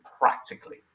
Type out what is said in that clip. practically